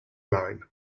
line